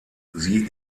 sie